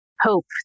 hope